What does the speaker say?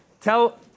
tell